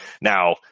Now